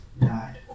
died